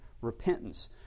repentance